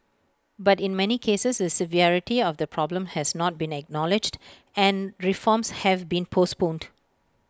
but in many cases the severity of the problem has not been acknowledged and reforms have been postponed